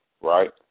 right